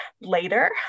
later